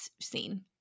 scene